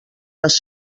les